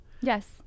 yes